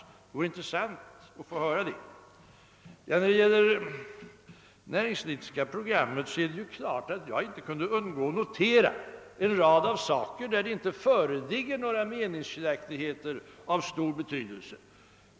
Det vore intressant att få besked om den saken. När det gäller det näringspolitiska programmet kunde jag självfallet inte undgå att notera en rad punkter där det inte föreligger några skiljaktigheter av stor betydelse.